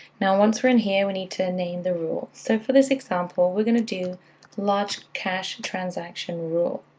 now, once we're in here, we need to name the rule. so for this example, we're going to do large cash transaction rule,